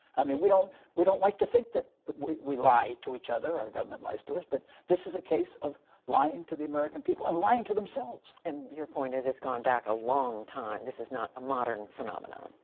i mean, we don't we don't like to think that we lie to each other, or our government lies to us. but this is a case of lying to the american people and lying to themselves. judy woodruff and your point is, it's gone back a long time. this is not a modern phenomenon.